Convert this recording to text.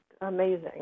amazing